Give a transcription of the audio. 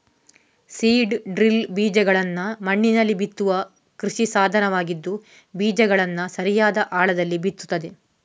seed drill ಬೀಜಗಳನ್ನ ಮಣ್ಣಿನಲ್ಲಿ ಬಿತ್ತುವ ಕೃಷಿ ಸಾಧನವಾಗಿದ್ದು ಬೀಜಗಳನ್ನ ಸರಿಯಾದ ಆಳದಲ್ಲಿ ಬಿತ್ತುತ್ತದೆ